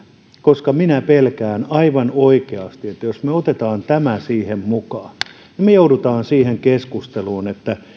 koska minä pelkään aivan oikeasti että jos me otamme tämän siihen mukaan niin me joudumme keskusteluun siitä